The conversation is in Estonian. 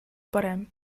parem